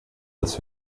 als